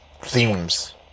themes